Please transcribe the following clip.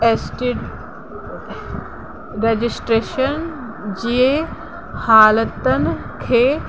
S T registration जे हालतुनि खे